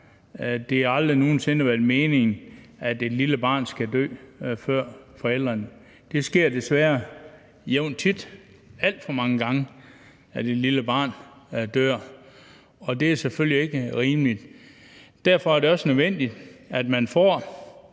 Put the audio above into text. Det har aldrig nogen sinde været meningen, at et lille barn skal dø før forældrene. Det sker desværre tit, alt for mange gange, at et lille barn dør, og det er selvfølgelig ikke rimeligt. Derfor er det også nødvendigt, at man får